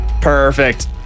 Perfect